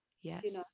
Yes